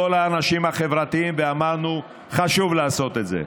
כל האנשים החברתיים ואמרנו: חשוב לעשות את זה,